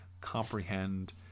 comprehend